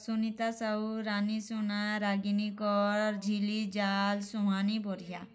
Sunita Sahu Rani Suna Ragini Kar Jhilli Jal Suhani Bariha